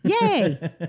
Yay